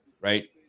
right